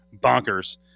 bonkers